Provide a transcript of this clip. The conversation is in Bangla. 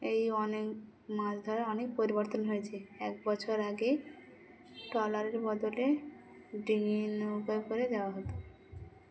এই অনেক মাছ ধরা অনেক পরিবর্তন হয়েছে এক বছর আগে ট্রলারের বদলে ডিঙির নৌকা করে যাওয়া হতো